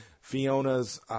Fiona's